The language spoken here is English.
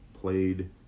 played